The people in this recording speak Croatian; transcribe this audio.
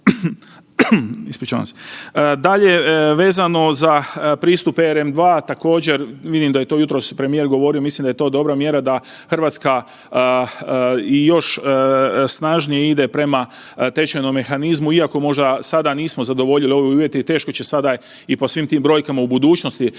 Dalje, vezano za pristup ERM II također vidim da je to jutros premijer govorio mislim da je to dobra mjera da Hrvatska i još snažnije ide prema tečajnom mehanizmu iako možda sada nismo zadovolji ove uvjete i teško će sada i po svim tim brojkama u budućnosti